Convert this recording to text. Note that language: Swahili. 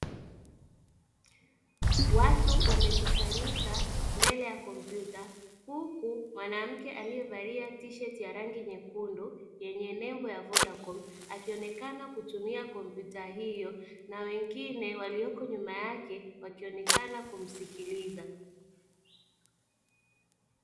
Watu wamekusanyika mbele ya kompyuta huku mwanamke aliyevalia tisheti ya rangi nyekundu yenye nembo ya vodacom akionekana kutumia kompyuta hiyo na wengine walioko nyuma yake wakionekana kumsikiliza.